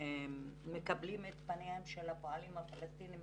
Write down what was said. ומקבלים את פניהם של הפועלים הפלסטינים